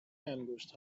انگشت